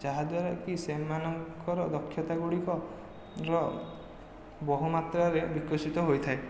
ଯାହାଦ୍ୱାରାକି ସେମାନଙ୍କର ଦକ୍ଷତା ଗୁଡ଼ିକର ବହୁ ମାତ୍ରାରେ ବିକଶିତ ହୋଇଥାଏ